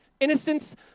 Innocence